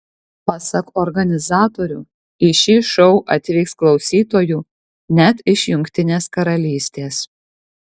pasak organizatorių į šį šou atvyks klausytojų net iš jungtinės karalystės